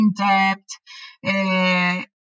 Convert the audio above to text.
in-depth